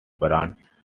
brand